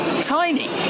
tiny